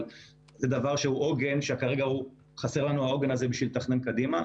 אבל זה עוגן וחסר לנו כרגע העוגן הזה בשביל לתכנן קדימה.